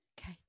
Okay